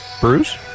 Bruce